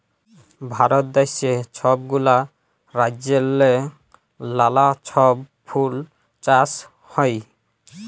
ভারত দ্যাশে ছব গুলা রাজ্যেল্লে লালা ছব ফুল চাষ হ্যয়